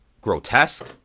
grotesque